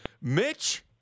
Mitch